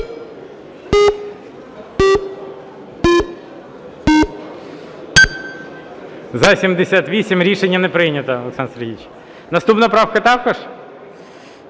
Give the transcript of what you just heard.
За-78 Рішення не прийнято, Олександр Сергійович. Наступна правка також?